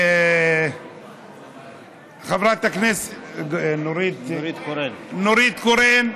חברת הכנסת נורית קורן,